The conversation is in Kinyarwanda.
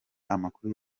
amakuru